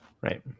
Right